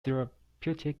therapeutic